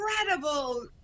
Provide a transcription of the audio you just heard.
incredible